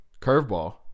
curveball